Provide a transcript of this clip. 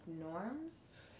norms